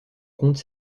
compte